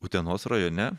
utenos rajone